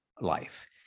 life